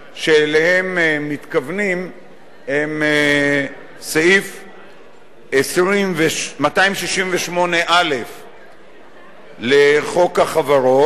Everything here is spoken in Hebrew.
שאליהם מתכוונים הם סעיף 268א לחוק החברות,